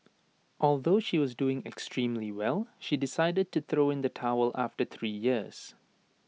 although she was doing extremely well she decided to throw in the towel after three years